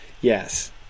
Yes